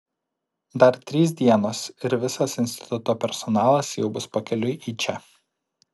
dar trys dienos ir visas instituto personalas jau bus pakeliui į čia